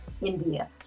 India